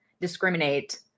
discriminate